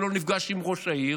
אפילו לא נפגש עם ראש העיר,